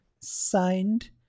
Signed